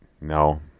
No